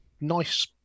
nice